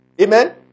Amen